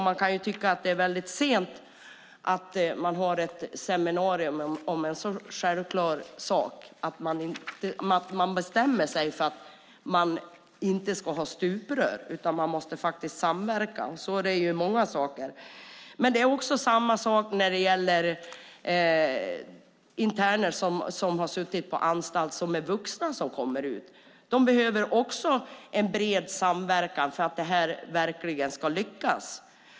Man kan tycka att det är sent att ha ett seminarium nu om en så självklar sak. Man borde bestämma sig för att inte ha stuprör, utan man måste samverka. Så är det i många saker. Det är samma sak när det gäller vuxna interner som kommer ut från anstalter. Också de behöver en bred samverkan för att detta verkligen ska lyckas.